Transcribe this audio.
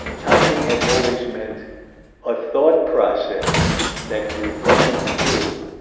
timing has always meant a thought process that you're going through.